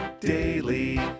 daily